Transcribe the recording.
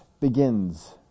begins